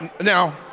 Now